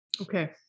Okay